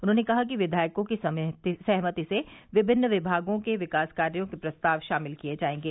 उन्होंने कहा कि विधायकों की सहमति से विभिन्न विभागों के विकास कार्यो के प्रस्ताव शामिल किये जायेंगे